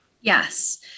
Yes